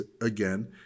again